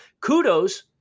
Kudos